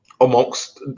Amongst